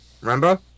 Remember